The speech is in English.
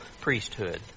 priesthood